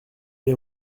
les